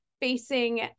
facing